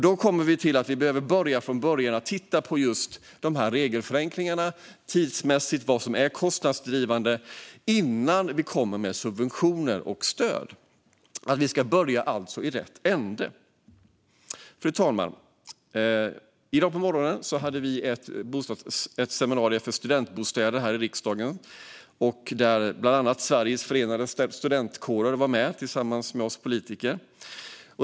Då kommer vi till att vi behöver börja från början och titta på regelförenklingar och vad som är tidsmässigt kostnadsdrivande innan vi kommer med subventioner och stöd. Vi ska alltså börja i rätt ände. Fru talman! I dag på morgonen hade vi ett seminarium här i riksdagen om studentbostäder, där bland annat Sveriges förenade studentkårer var med tillsammans med oss politiker.